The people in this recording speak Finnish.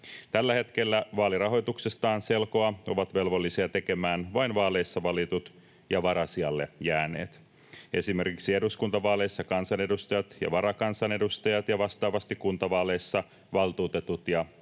Tällä hetkellä vaalirahoituksestaan selkoa ovat velvollisia tekemään vain vaaleissa valitut ja varasijalle jääneet, esimerkiksi eduskuntavaaleissa kansanedustajat ja varakansanedustajat ja vastaavasti kuntavaaleissa valtuutetut ja varavaltuutetut.